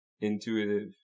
intuitive